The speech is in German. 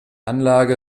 anlage